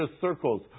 circles